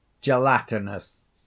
gelatinous